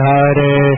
Hare